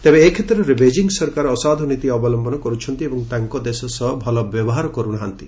ତେବେ ଏ କ୍ଷେତ୍ରରେ ବେଜିଂ ସରକାର ଅସାଧୁ ନୀତି ଅବଲମ୍ଘନ କରୁଛନ୍ତି ଏବଂ ତାଙ୍କ ଦେଶ ସହ ଭଲ ବ୍ୟବହାର କରୁ ନାହାନ୍ତି